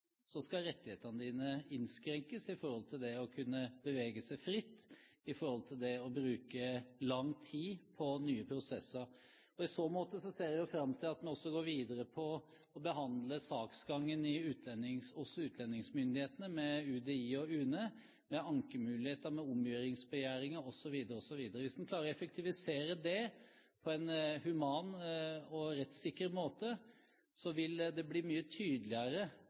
så får du godvilje, du får muligheten til å returnere på en verdig måte. Men hvis du nekter å samarbeide, skal rettighetene dine innskrenkes når det gjelder å kunne bevege seg fritt i forhold til det å bruke lang til på nye prosesser. I så måte ser jeg fram til at vi også går videre med å behandle saksgangen hos utlendingsmyndighetene, hos UDI og UNE, med ankemuligheter, med omgjøringsbegjæringer, osv. Hvis en klarer å effektivisere det på en human og rettssikker måte, vil det bli mye